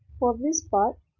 for this part,